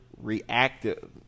reactive